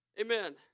Amen